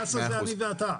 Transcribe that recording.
קצא"א זה אני ואתה.